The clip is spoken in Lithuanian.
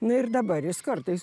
na ir dabar jis kartais